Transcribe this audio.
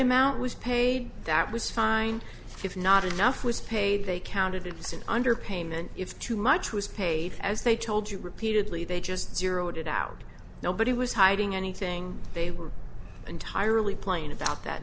amount was paid that was fine if not enough was paid they counted it's an underpayment if too much was paid as they told you repeatedly they just zeroed it out nobody was hiding anything they were entirely plain about that